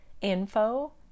info